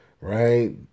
right